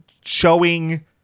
showing